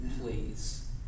please